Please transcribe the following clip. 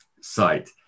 site